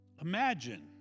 Imagine